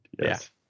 yes